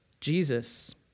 Jesus